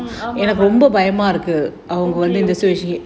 ஆமா:aamaa okay okay